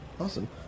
awesome